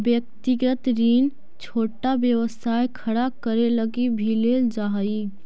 व्यक्तिगत ऋण छोटा व्यवसाय खड़ा करे लगी भी लेल जा हई